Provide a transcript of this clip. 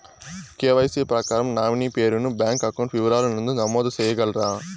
KYC ప్రకారం nominee పేరు ను బ్యాంకు అకౌంట్ వివరాల నందు నమోదు సేయగలరా?